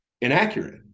inaccurate